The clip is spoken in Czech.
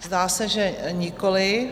Zdá se, že nikoliv.